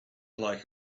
like